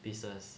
pieces